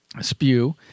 spew